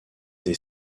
des